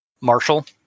Marshall